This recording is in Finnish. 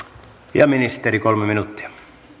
ministeri kolme minuuttia